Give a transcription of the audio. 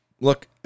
look